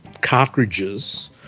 cartridges